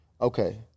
Okay